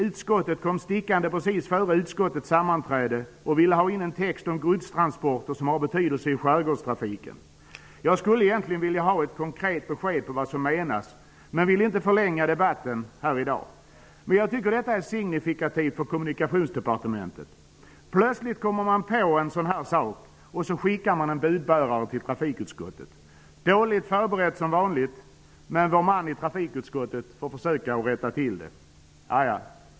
Utskottets kds-are kom precis före sammanträdet stickande och ville ha in en text om godstransporter som har betydelse i skärgårdstrafiken. Jag skulle egentligen vilja ha ett konkret besked på vad som menas, men vill inte förlänga debatten här i dag. Jag tycker dock att detta är signifikativt för Kommunikationsdepartementet. Plötsligt kommer man på en sådan här sak och så skickar man en budbärare till trafikutskottet. Det är dåligt förberett, som vanligt, men vår man i trafikutskottet får försöka rätta till det.